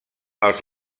els